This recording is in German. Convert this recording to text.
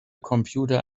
computer